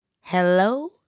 Hello